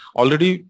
already